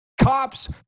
cops